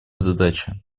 задача